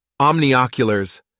Omnioculars